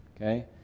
Okay